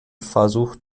versucht